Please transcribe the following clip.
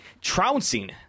trouncing